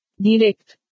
direct